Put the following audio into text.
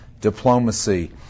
diplomacy